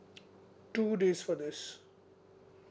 two days for this